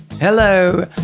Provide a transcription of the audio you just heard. Hello